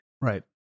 Right